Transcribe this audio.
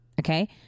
okay